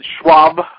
Schwab